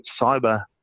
cyber